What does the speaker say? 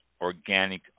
Organic